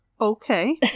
Okay